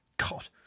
God